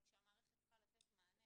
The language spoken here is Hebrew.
אבל כשהמערכת צריכה לתת מענה